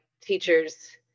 teachers